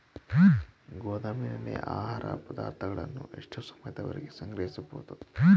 ಗೋದಾಮಿನಲ್ಲಿ ಆಹಾರ ಪದಾರ್ಥಗಳನ್ನು ಎಷ್ಟು ಸಮಯದವರೆಗೆ ಸಂಗ್ರಹಿಸಬಹುದು?